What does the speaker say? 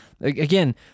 Again